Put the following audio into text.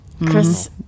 Chris